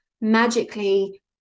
magically